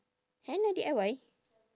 henna D_I_Y